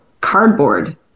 cardboard